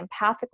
empathically